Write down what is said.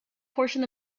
portion